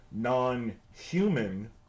non-human